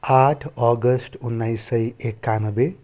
आठ अगस्त उन्नाइस सय एकानब्बे